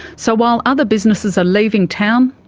so while other businesses are leaving town,